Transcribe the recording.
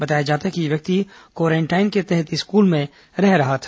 बताया जाता है कि यह व्यक्ति क्वारेंटाइन के तहत स्कूल में रह रहा था